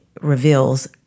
reveals